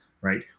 right